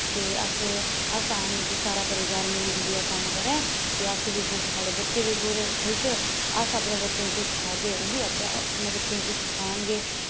ते अस अस आखने कि सारा परोआर मिली जुलियै कम्म करै ते अस बी खुश साढ़े बच्चे बी खुश अस अपने बच्चें गी कुछ सखागै ओह् बी आपै अपने बच्चें गी कुछ सखान गे